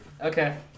Okay